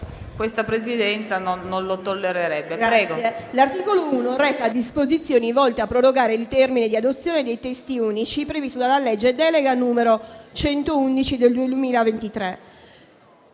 questa Presidenza non lo tollererebbe.